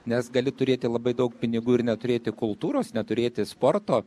nes gali turėti labai daug pinigų ir neturėti kultūros neturėti sporto